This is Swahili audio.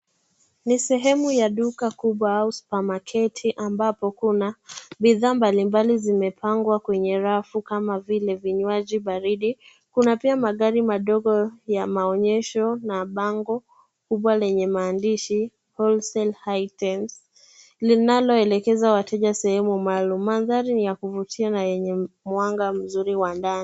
Ni sehemu ya duka kubwa au supamaketi ambapo kuna bidhaa mbalimbali zimepangwa kwenye rafu kama vile, vinywaji baridi, kuna pia magari madogo ya maonyesho na bango kubwa lenye maandishi whole sale items , linaloelekeza wateja sehemu maalum. Mandhari ni ya kuvutia na yenye mwanga mzuri wa ndani.